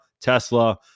Tesla